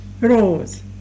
rose